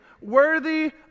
worthy